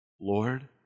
Lord